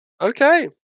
Okay